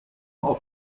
auf